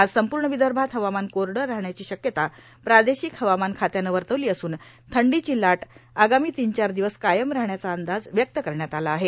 आज संपूर्ण विदर्भात हवामान कोरडं राहण्याची शक्यता प्रादेशिक हवामान खात्यान वर्तवली असून थंडीची लाट तीन चार दिवस कायम राहण्याचा अंदाज व्यक्त करण्यात आला आहे